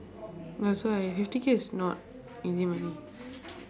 that's why fifty K is not easy money